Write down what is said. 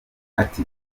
ati